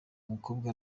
umukobwa